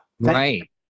Right